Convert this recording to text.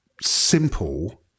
simple